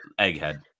egghead